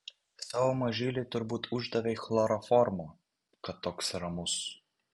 savo mažyliui turbūt uždavei chloroformo kad toks ramus